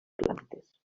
plantes